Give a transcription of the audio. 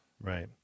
Right